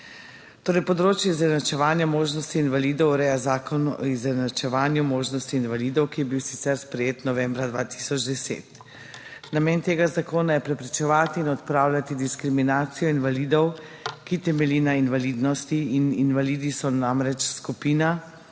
Torej, področje izenačevanja možnosti invalidov ureja Zakon o izenačevanju možnosti invalidov, ki je bil sicer sprejet novembra 2010. Namen tega zakona je preprečevati in odpravljati diskriminacijo invalidov, ki temelji na invalidnosti. Invalidi so namreč skupina,